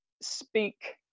speak